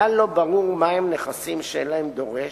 כלל לא ברור מהם "נכסים שאין להם דורש",